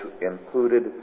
included